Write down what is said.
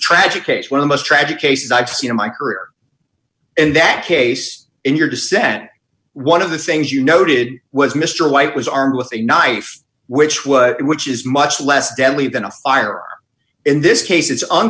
case one of most tragic cases i've seen in my career in that case in your dissent one of the things you noted was mr white was armed with a knife which was which is much less deadly than a fire in this case it's